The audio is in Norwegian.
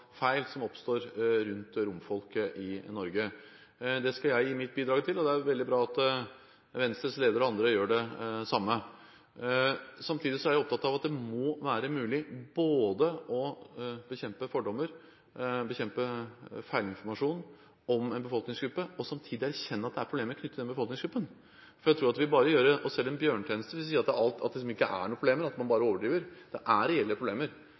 som oppstår rundt romfolket i Norge. Det skal jeg gi mitt bidrag til, og det er veldig bra at Venstres leder og andre gjør det samme. Samtidig er jeg opptatt av at det må være mulig å bekjempe fordommer og feilinformasjon om en befolkningsgruppe og samtidig erkjenne at det er problemer knyttet til den befolkningsgruppen. Jeg tror at vi bare gjør oss selv en bjørnetjeneste hvis vi sier at det ikke er noen problemer, at man bare overdriver. Det er reelle problemer